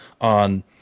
on